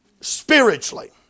spiritually